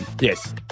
Yes